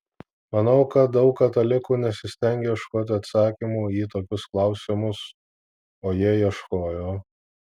manau kad daug katalikų nesistengia ieškoti atsakymų į tokius klausimus o jie ieškojo